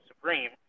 supreme